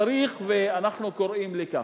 צריך, ואנחנו קוראים לכך,